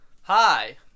Hi